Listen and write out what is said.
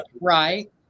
right